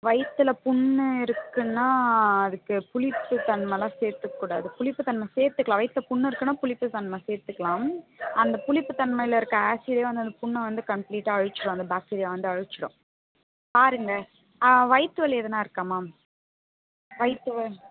வயிற்றில் புண்ணு இருக்குதுன்னா அதுக்கு புளிப்பு தன்மைலாம் சேர்த்துக்ககூடாது புளிப்புதன்மை சேர்த்துக்கலாம் வயிற்றில் புண்ணு இருக்குதுன்னா புளிப்புத்தன்மை சேர்த்துக்கலாம் அந்த புளிப்புத்தன்மையில் இருக்கற ஆசிடே வந்து அந்த புண்ணே வந்து கம்ப்ளீட்டாக அழிச்சிடும் அந்த பேக்டீரியாவை வந்து அழிச்சிடும் பாருங்க ஆ வயிற்றுவலி எதுனா இருக்காம்மா வயிற்றுவலி